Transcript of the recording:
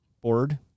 board